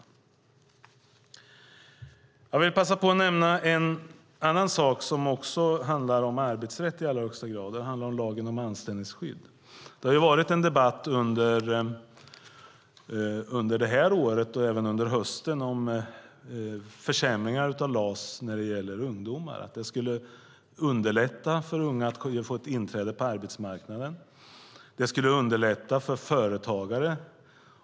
Jag vill passa på att nämna en annan sak som i allra högsta grad också handlar om arbetsrätt, nämligen lagen om anställningsskydd. Det har varit en debatt under våren, och även i höstas, om försämringar av LAS vad gäller ungdomar. LAS ska underlätta för unga att komma in på arbetsmarknaden och underlätta för företagare.